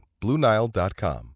BlueNile.com